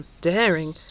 Daring